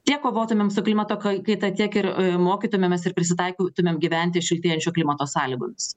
tiek kovotumėm su klimato kaita tiek ir mokytumėmės ir prisitaikytumėm gyventi šiltėjančio klimato sąlygomis